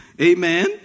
Amen